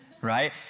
Right